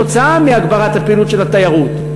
כתוצאה מהגברת הפעילות של התיירות.